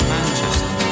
Manchester